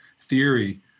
theory